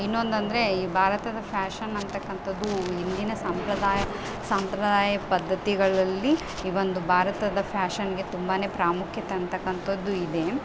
ಇನ್ನೊಂದಂದರೆ ಈ ಭಾರತದ ಫ್ಯಾಷನ್ ಅಂತಕ್ಕಂಥದ್ದು ಇಂದಿನ ಸಂಪ್ರದಾಯ ಸಂಪ್ರದಾಯ ಪದ್ಧತಿಗಳಲ್ಲಿ ಇವೊಂದು ಭಾರತದ ಫ್ಯಾಶನ್ಗೆ ತುಂಬಾ ಪ್ರಾಮುಖ್ಯತೆ ಅಂತಕ್ಕಂಥದ್ದುಇದೆ